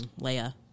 Leia